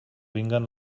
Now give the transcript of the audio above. vinguen